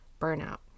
burnout